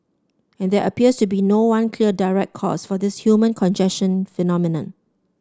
and there appears to be no one clear direct cause for this human congestion phenomenon